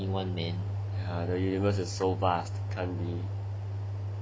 the universe is so vast can't be